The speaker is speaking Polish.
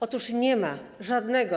Otóż nie ma żadnego.